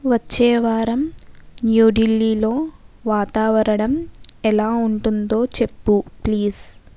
వచ్చే వారం న్యూఢిల్లీలో వాతావరణం ఎలా ఉంటుందో చెప్పు ప్లీజ్